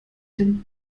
dem